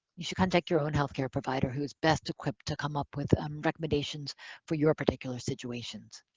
you should contact your own healthcare provider who's best equipped to come up with um recommendations for your particular situations.